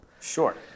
Sure